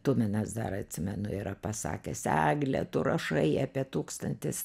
tuminas dar atsimenu yra pasakęs egle tu rašai apie tūkstantis